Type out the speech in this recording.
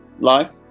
life